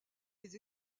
les